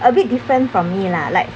a bit different from me lah like